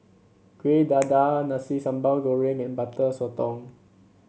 Kueh Dadar Nasi Sambal Goreng and Butter Sotong